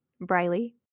Briley